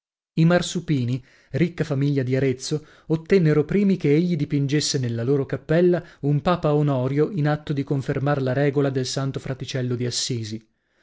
i marsupini ricca famiglia di arezzo ottennero primi che egli dipingesse nella loro cappella un papa onorio in atto di confermar la regola dei santo fraticello di assisi